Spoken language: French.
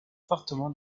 fortement